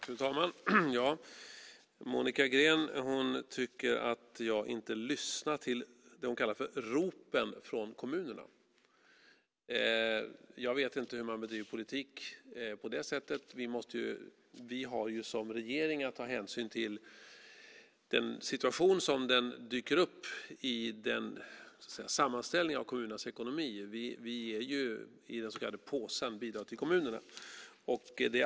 Fru talman! Monica Green tycker att jag inte lyssnar till det hon kallar för ropen från kommunerna. Jag vet inte hur man bedriver politik på det sättet. Vi har som regering att ta hänsyn till den situation som dyker upp i sammanställningen av kommunernas ekonomi. Det handlar om den så kallade påsen, bidrag till kommunerna.